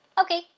Okay